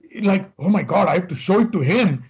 like oh my god, i have to show it to him.